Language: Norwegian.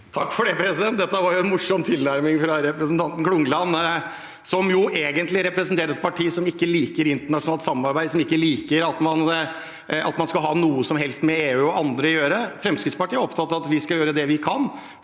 Takk for det, dette var jo en morsom tilnærming fra representanten Klungland, som egentlig representerer et parti som ikke liker internasjonalt samarbeid, og som ikke liker at man skal ha noe som helst med EU og andre å gjøre. Fremskrittspartiet er opptatt av at vi skal gjøre det vi kan